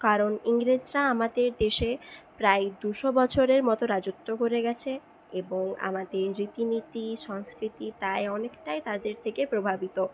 কারণ ইংরেজরা আমাদের দেশে প্রায় দুশো বছরের মতো রাজত্ব করে গেছে এবং আমাদের রীতি নীতি সংস্কৃতি তাই অনেকটাই তাদের থেকে প্রভাবিত